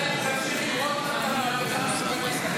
מתחילה, אולי תמשיך עם רוטמן את המהפכה המשפטית?